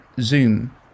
Zoom